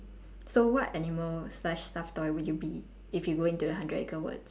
so what animal slash stuffed toy would you be if you going to the hundred acre woods